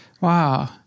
Wow